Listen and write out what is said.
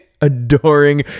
adoring